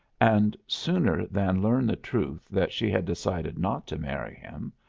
and, sooner than learn the truth that she had decided not to marry him,